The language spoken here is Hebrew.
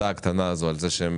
יקבלו את התודה הקטנה הזאת על זה שהם